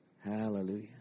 Hallelujah